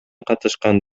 катышкан